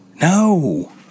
No